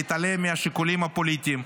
להתעלם מהשיקולים הפוליטיים,